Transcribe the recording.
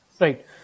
right